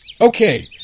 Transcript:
Okay